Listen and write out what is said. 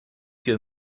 que